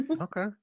Okay